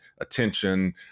attention